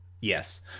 Yes